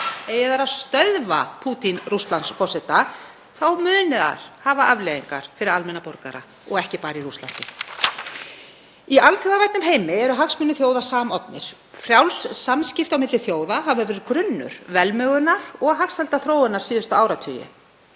þær að stöðva Pútín Rússlandsforseta, að þá muni það hafa afleiðingar fyrir almenna borgara. Og ekki bara í Rússlandi. Í alþjóðavæddum heimi eru hagsmunir þjóða samofnir. Frjáls samskipti á milli þjóða hafa verið grunnur velmegunar og hagsældarþróunar síðustu áratugi.